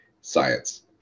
science